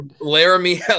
Laramie